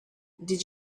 did